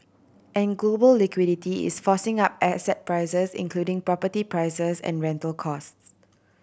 and global liquidity is forcing up a asset prices including property prices and rental costs